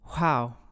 Wow